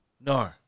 No